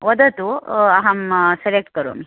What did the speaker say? वदतु अहं सेलेक्ट् करोमि